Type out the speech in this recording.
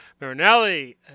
Marinelli